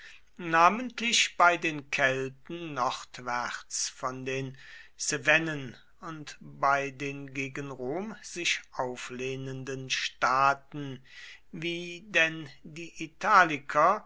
namentlich bei den kelten nordwärts von den cevennen und bei den gegen rom sich auflehnenden staaten wie denn die italiker